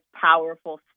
powerful